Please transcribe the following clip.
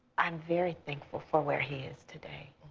i'm very thankful for where he is today.